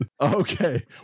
Okay